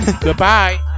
Goodbye